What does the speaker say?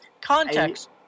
Context